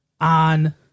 on